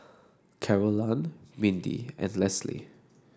Carolann Mindi and Lesley